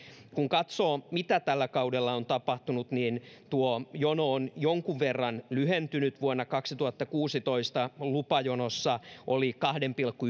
kun katsoo mitä tällä kaudella on tapahtunut niin tuo jono on jonkun verran lyhentynyt vuonna kaksituhattakuusitoista lupajonossa oli kahden pilkku